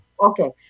Okay